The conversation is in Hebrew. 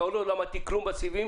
ועוד לא למדתי כלום בסיבים.